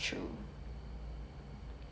hmm